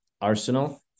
arsenal